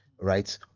right